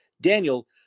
Daniel